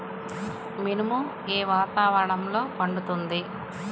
మినుము ఏ వాతావరణంలో పండుతుంది?